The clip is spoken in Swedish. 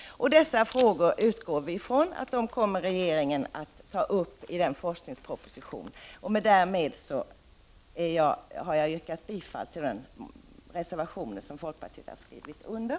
Vi utgår från att regeringen kommer att ta upp dessa frågor i den forskningsproposition som kommer, och jag yrkar därmed bifall till de reservationer som folkpartiet har skrivit under.